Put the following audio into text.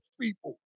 people